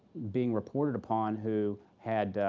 being reported upon who had